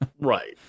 Right